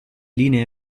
linee